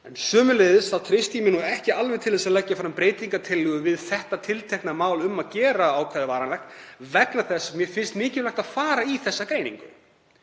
Þrátt fyrir þetta treysti ég mér ekki alveg til að leggja fram breytingartillögu við þetta tiltekna mál um að gera ákvæðið varanlegt vegna þess mér finnst mikilvægt að fara í þessa greiningu.